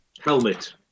Helmet